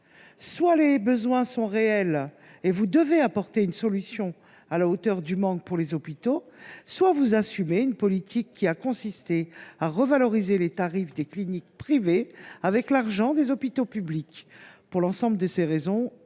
Soit les besoins sont réels, et vous devez apporter une solution à leur hauteur, soit vous assumez une politique qui a consisté à revaloriser les tarifs des cliniques privées avec l’argent des hôpitaux publics. Pour l’ensemble de ces raisons,